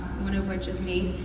one of which is me,